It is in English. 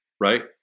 right